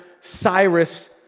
Cyrus